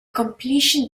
completion